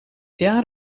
jaar